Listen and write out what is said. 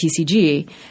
TCG